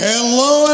Hello